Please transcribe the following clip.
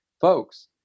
folks